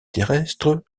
terrestres